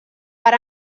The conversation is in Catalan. per